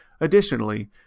Additionally